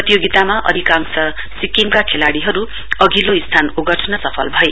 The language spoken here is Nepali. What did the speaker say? प्रतियोगितामा अधिकांश सिक्किमका खेलाड़ीहरु अघिल्लो स्थान ओगट्न सफल भए